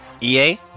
EA